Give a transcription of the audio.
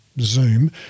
Zoom